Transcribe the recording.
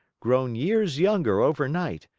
grown years younger overnight,